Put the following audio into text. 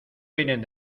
vienen